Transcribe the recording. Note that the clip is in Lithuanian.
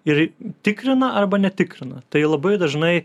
ir tikrina arba netikrina tai labai dažnai